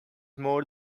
more